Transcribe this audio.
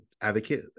advocate